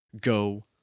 go